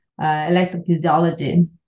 electrophysiology